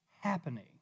happening